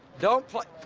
don't play!